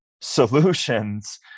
solutions